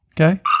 Okay